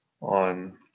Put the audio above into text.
on